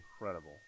incredible